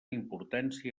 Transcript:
importància